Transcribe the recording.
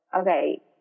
okay